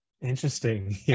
Interesting